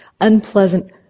unpleasant